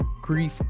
grief